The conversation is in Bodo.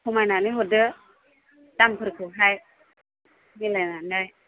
खमायनानै हरदो दामफोरखौहाय मिलायनानै